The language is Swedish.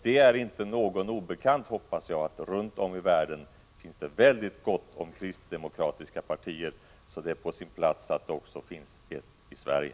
Det är inte någon obekant, hoppas jag, att det runt om i världen finns mycket gott om kristdemokratiska partier, så det är på sin plats att det också finns ett i Sverige.